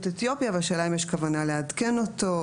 אתיופיה והשאלה אם יש כוונה לעדכן אותו,